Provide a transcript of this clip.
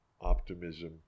optimism